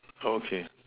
okay